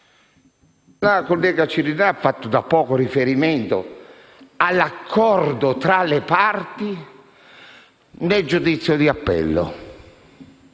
La collega Cirinnà ha fatto riferimento all'accordo tra le parti nel giudizio di appello;